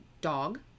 dog